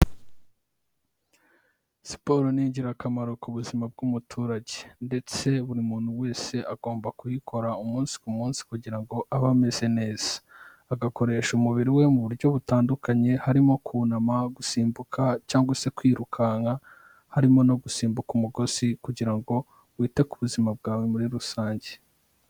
Siporo ni ingirakamaro ku buzima bw'umuturage ndetse buri muntu wese agomba kuyikora umunsi ku munsi kugira ngo abe ameze neza. Agakoresha umubiri we mu buryo butandukanye harimo kunama, gusimbuka cyangwa se kwirukanka, harimo no gusimbuka umugozi kugira ngo wite ku buzima bwawe muri rusange.